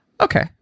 Okay